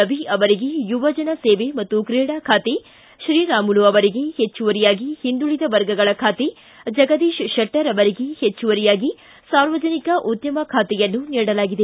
ರವಿ ಅವರಿಗೆ ಯುವಜನ ಸೇವೆ ಮತ್ತು ಕ್ರೀಡಾ ಖಾತೆ ಶ್ರೀರಾಮುಲು ಅವರಿಗೆ ಹೆಚ್ಚುವರಿಯಾಗಿ ಹಿಂದುಳಿದ ವರ್ಗಗಳ ಖಾತೆ ಜಗದೀಶ್ ತೆಟ್ಟರ್ ಅವರಿಗೆ ಹೆಚ್ಚುವರಿಯಾಗಿ ಸಾರ್ವಜನಿಕ ಉದ್ದಮ ಖಾತೆಯನ್ನು ನೀಡಲಾಗಿದೆ